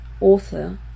Author